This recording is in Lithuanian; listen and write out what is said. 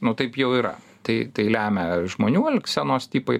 nu taip jau yra tai tai lemia žmonių elgsenos tipai